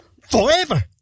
forever